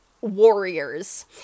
warriors